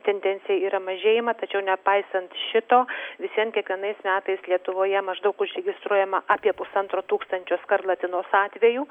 tendencija yra mažėjama tačiau nepaisant šito vis vien kiekvienais metais lietuvoje maždaug užregistruojama apie pusantro tūkstančio skarlatinos atvejų